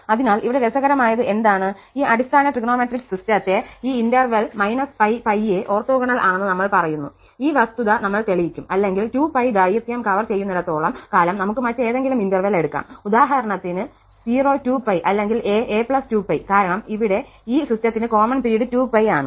അതിനാൽ ഇവിടെ രസകരമായത് എന്താണ് ഈ അടിസ്ഥാന ട്രിഗണോമെട്രിക് സിസ്റ്റത്തെ ഈ ഇന്റർവെൽ −π π യെ ഓർത്തോഗണൽ ആണെന്ന് നമ്മൾ പറയുന്നു ഈ വസ്തുത നമ്മൾ തെളിയിക്കും അല്ലെങ്കിൽ 2π ദൈർഘ്യം കവർ ചെയ്യുന്നിടത്തോളം കാലം നമുക്ക് മറ്റേതെങ്കിലും ഇന്റർവെൽ എടുക്കാം ഉദാഹരണത്തിന് 0 2π അല്ലെങ്കിൽ a a 2π കാരണം ഇവിടെ ഈ സിസ്റ്റത്തിന് കോമൺ പിരീഡ് 2π ആണ്